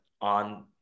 on